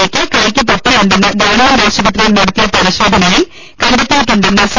എയുടെ കൈയ്ക്ക് പൊട്ടലുണ്ടെന്ന് ഗവൺമെന്റ് ആശുപത്രിയിൽ നടത്തിയ പരി ശോധനയിൽ കണ്ടെത്തിയിട്ടുണ്ടെന്ന് സി